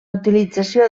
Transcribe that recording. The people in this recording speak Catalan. utilització